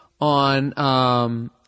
on